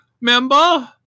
member